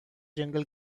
jungle